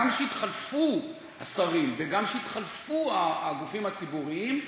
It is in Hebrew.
גם כשהתחלפו השרים וגם כשהתחלפו הגופים הציבוריים,